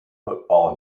football